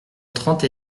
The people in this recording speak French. trente